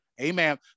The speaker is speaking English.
Amen